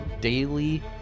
daily